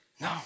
no